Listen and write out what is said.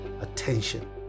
attention